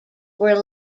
were